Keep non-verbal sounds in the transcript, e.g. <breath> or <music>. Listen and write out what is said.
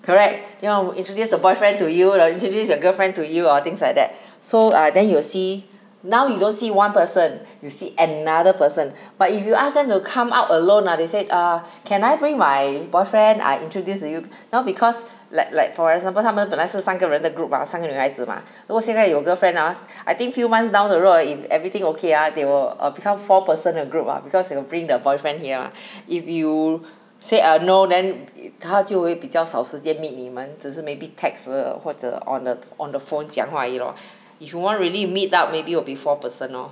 correct 要 introduce her boyfriend to you like introduce your girlfriend to you or things like that so ah then you will see now you don't see one person <breath> you see another person but if you ask them to come out alone ah they say ah <breath> can I bring my boyfriend ah introduce to you no because like like for example 她们本来是三个人的 group mah 三个女孩子嘛如果现在有 girlfriend ah <breath> I think few months down the road if everything okay ah they will become err four person a group ah because you bring the boyfriend here mah <breath> if you say err no then 她就会比较少时间 meet 你们只是 may be text 或者 on the <noise> on the phone 讲话 you know <breath> if you want really meet up maybe will be four person lor